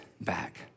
back